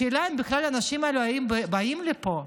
השאלה היא אם האנשים האלה בכלל היו באים לפה.